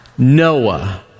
Noah